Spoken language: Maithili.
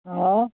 हँ